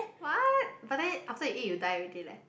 what but then after you eat you die already leh